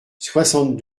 soixante